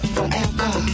Forever